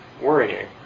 worrying